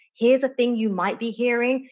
here's a thing you might be hearing,